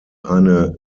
eine